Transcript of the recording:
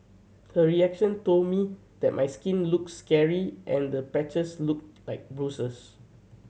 her reaction told me that my skin looked scary and the patches looked like bruises